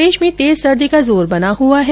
प्रदेश में तेज सर्दी का जोर बना हुआ है